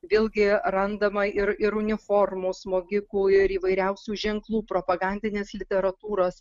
vėlgi randama ir ir uniformos smogikų ir įvairiausių ženklų propagandinės literatūros